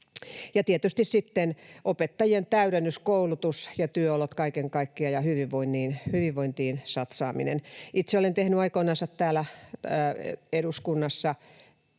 Ja tietysti sitten opettajien täydennyskoulutus ja työolot kaiken kaikkiaan ja hyvinvointiin satsaaminen. Itse olen tehnyt aikoinaan täällä eduskunnassa